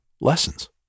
lessons